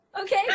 Okay